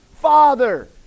Father